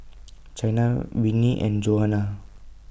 Chynna Winnie and Johannah